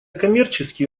коммерческие